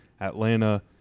Atlanta